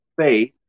faith